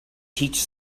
teach